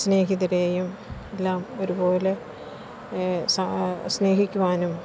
സ്നേഹിതരേയും എല്ലാം ഒരുപോലെ സ സ്നേഹിക്കുവാനും